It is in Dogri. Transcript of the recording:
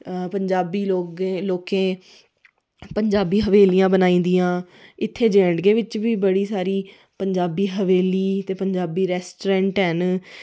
पंजाबी लोकें पंजाबी हवेलियां बनाई दियां इत्थै जे एण्ड के बिच बी बड़ी सारी पंजाबी हवेलियां पंजाबी रैस्ट्रैंट ऐ न